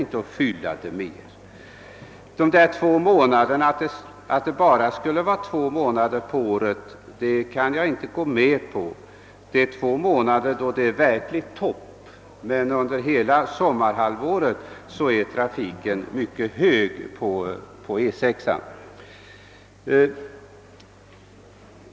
Att det bara skulle vara under två månader av året som trafiken är hög på E 6 kan jag inte hålla med om. Under två månader är det en verklig topp i trafiken, men under hela 'sommarhalvåret är trafiken på denna väg mycket hög.